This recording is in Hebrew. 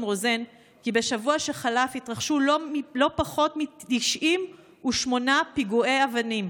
רוזן כי בשבוע שחלף התרחשו לא פחות מ-98 פיגועי אבנים,